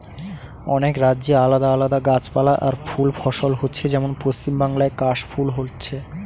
অনেক রাজ্যে আলাদা আলাদা গাছপালা আর ফুল ফসল হচ্ছে যেমন পশ্চিমবাংলায় কাশ ফুল হচ্ছে